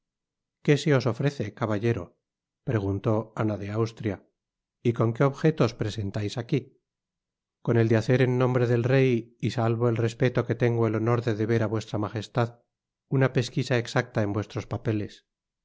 qué se os ofrece caballero preguntó ana de austria y con qué objeto os presentais aqui con el de hacer en nombre del rey y salvo el respeto que tengo el honor de deber á vuestra majestad una pesquisa exacta en vuestros papeles